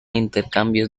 intercambios